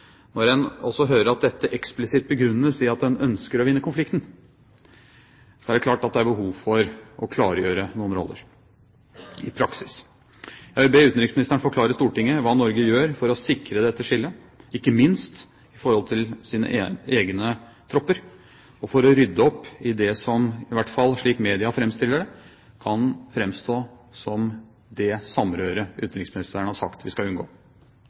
Når en også hører at dette eksplisitt begrunnes i at en ønsker å vinne konflikten, er det klart at det er behov for å klargjøre noen roller i praksis. Jeg vil be utenriksministeren forklare for Stortinget hva Norge gjør for å sikre dette skillet, ikke minst i forhold til sine egne tropper, og for å rydde opp i det som – i hvert fall slik media framstiller det – kan framstå som det samrøret utenriksministeren har sagt vi skal unngå.